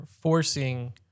forcing